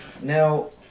Now